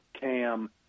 Cam